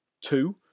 Two